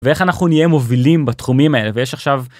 ואיך אנחנו נהיה מובילים בתחומים האלה ויש עכשיו.